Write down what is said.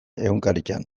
egunkaritan